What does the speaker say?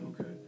Okay